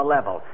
level